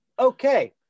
Okay